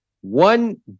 one